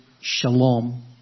shalom